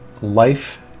life